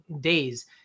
days